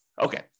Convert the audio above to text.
Okay